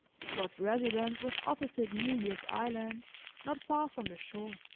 scott's residence was opposite new year's island not far from the shore